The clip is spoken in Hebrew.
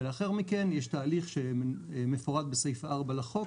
ולאחר מכן יש תהליך שמפורט בסעיף 4 לחוק